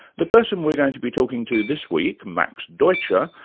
the person we're going to be talking to this week, max deutscher,